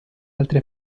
altri